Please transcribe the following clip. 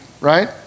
right